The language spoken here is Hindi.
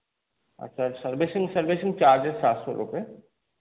अच्छा सर्विसिंग सर्विसिंग चार्जेस सात सौ रुपये